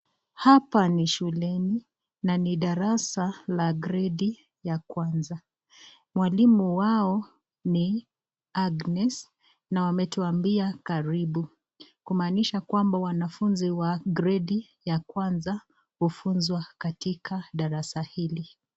Hapa ni shuleni na ni darasa la gredi ya kwanza mwalimu wao ni Agnes na ametuambia karibu kumanisha kwamba wanafunzi wa gredi ya kwanza hufunzwa katika darasa hili.